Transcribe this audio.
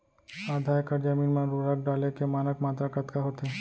आधा एकड़ जमीन मा उर्वरक डाले के मानक मात्रा कतका होथे?